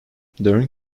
during